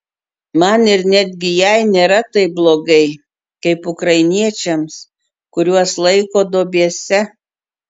man ir netgi jai nėra taip blogai kaip ukrainiečiams kuriuos laiko duobėse